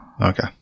Okay